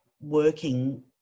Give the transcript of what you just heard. working